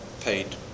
paid